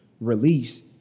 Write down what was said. release